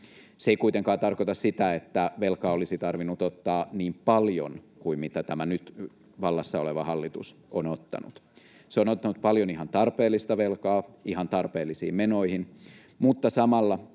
Se ei kuitenkaan tarkoita sitä, että velkaa olisi tarvinnut ottaa niin paljon kuin mitä tämä nyt vallassa oleva hallitus on ottanut. Se on ottanut paljon ihan tarpeellista velkaa ihan tarpeellisiin menoihin, mutta samalla